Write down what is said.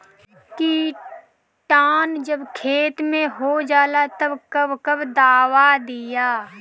किटानु जब खेत मे होजाला तब कब कब दावा दिया?